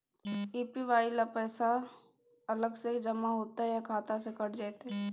APY ल पैसा अलग स जमा होतै या खाता स कैट जेतै?